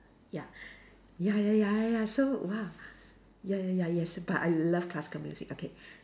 ya ya ya ya ya ya so !wah! ya ya ya yes but I love classical music okay